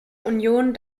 union